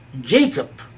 Jacob